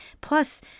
Plus